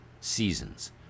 seasons